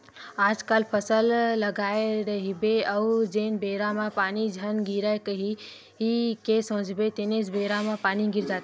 आजकल फसल लगाए रहिबे अउ जेन बेरा म पानी झन गिरय कही के सोचबे तेनेच बेरा म पानी गिर जाथे